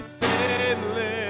sinless